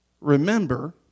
Remember